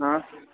कहाँ से